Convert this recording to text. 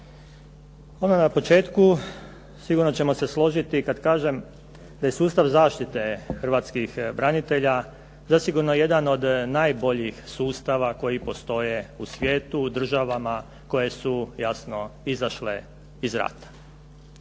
na početku sigurno ćemo se složiti kad kažem da je sustav zaštite hrvatskih branitelja zasigurno jedan od najboljih sustava koji postoje u svijetu, državama koje su jasno izašle iz rata.